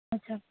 अच्छा